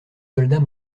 soldats